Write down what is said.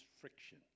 friction